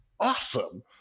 awesome